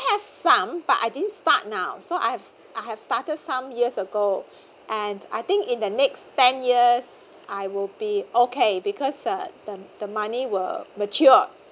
have some but I didn't start now so I have I have started some years ago and I think in the next ten years I will be okay because uh the the money will mature